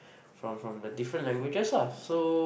from from the different languages lah so